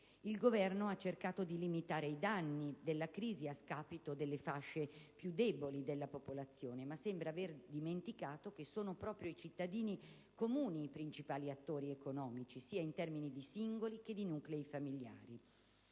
Il Governo ha cercato di limitare i danni della crisi, a scapito delle fasce più deboli della popolazione, ma sembra aver dimenticato che sono proprio i cittadini comuni i principali attori economici, sia in termini di singoli che di nuclei familiari.